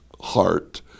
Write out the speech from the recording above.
heart